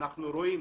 אנחנו רואים